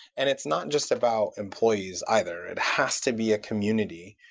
and it's not just about employees either. it has to be a community.